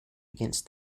against